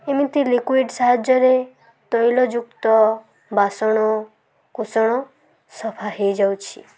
ଏମିତି ଲିକୁଇଡ଼ ସାହାଯ୍ୟ ରେ ତୈଳଯୁକ୍ତ ବାସନ କୁସନ ସଫା ହେଇଯାଉଛି